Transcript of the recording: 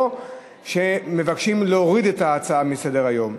או שמבקשים להוריד את ההצעה מסדר-היום.